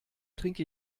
trinke